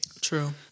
true